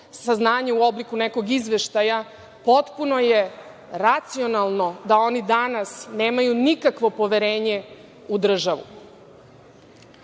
saznanje u obliku nekog izveštaja, potpuno je racionalno da oni danas nemaju nikakvo poverenje u državu. Ovaj